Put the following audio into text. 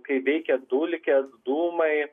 kai veikia dulkės dūmai